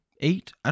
eight